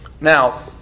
Now